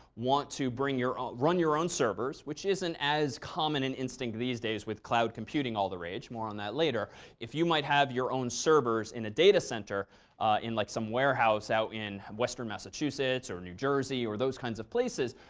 want to bring your ah run your own servers, which isn't as common an instinct these days with cloud computing all the rage more on that later if you might have your own servers in a data center in like some warehouse out in western massachusetts or new jersey or those kinds of places,